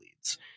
leads